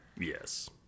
Yes